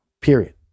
period